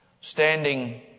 Standing